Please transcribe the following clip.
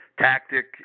tactic